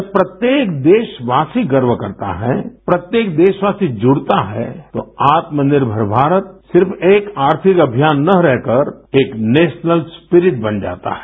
जब प्रत्येक देशवासी गर्व करता है प्रत्येक देशवासी जुड़ता है तो आत्मनिर्मर भारत सिर्फ एक आर्थिक अमियान न रहकर एक नेशनल स्प्रिट बन जाता है